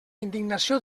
indignació